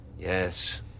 Yes